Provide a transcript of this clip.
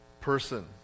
person